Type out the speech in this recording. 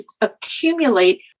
accumulate